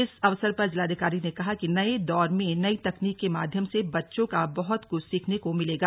इस अवसर पर जिलाधिकारी ने कहा कि नये दौर में नई तकनीक के माध्यम से बच्चों का बहुत कुछ सीखने को मिलेगा